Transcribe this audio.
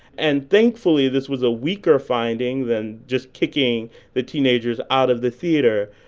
and thankfully, this was a weaker finding than just kicking the teenagers out of the theater.